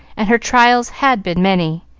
and her trials had been many,